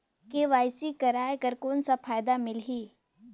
KYC कराय कर कौन का फायदा मिलही?